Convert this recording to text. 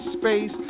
space